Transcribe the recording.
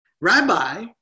Rabbi